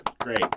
Great